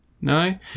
No